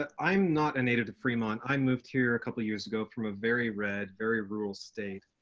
ah i'm not a native to fremont, i moved here a couple years ago from a very red, very rural state.